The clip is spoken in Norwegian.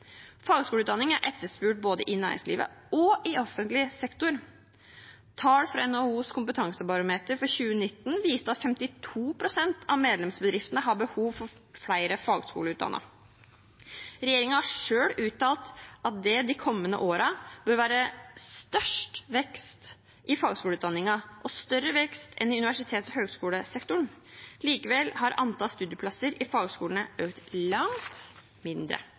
Fagskoleutdanning er etterspurt både i næringslivet og i offentlig sektor. Tall fra NHOs kompetansebarometer for 2019 viste at 52 pst. av medlemsbedriftene har behov for flere fagskoleutdannede. Regjeringen har selv uttalt at det de kommende årene bør være størst vekst i fagskoleutdanningen og større vekst enn i universitets- og høyskolesektoren. Likevel har antall studieplasser i fagskolene økt langt mindre